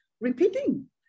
repeating